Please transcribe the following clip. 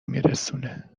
میرسونه